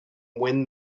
when